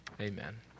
Amen